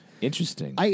Interesting